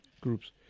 groups